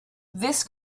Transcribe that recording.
this